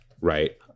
right